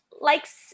likes